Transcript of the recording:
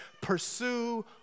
pursue